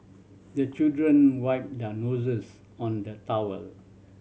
the children wipe their noses on the towel